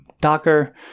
Docker